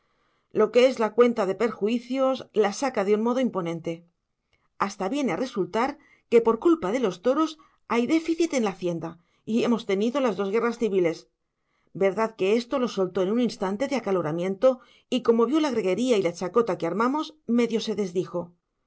lo que es la cuenta de perjuicios la saca de un modo imponente hasta viene a resultar que por culpa de los toros hay déficit en la hacienda y hemos tenido las dos guerras civiles verdad que esto lo soltó en un instante de acaloramiento y como vio la greguería y la chacota que armamos medio se desdijo por todo lo cual yo pensé que al nombrar ferocidad y barbarie vendrían los toros detrás